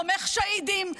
תומך שהידים,